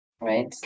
right